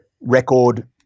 record –